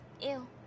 Ew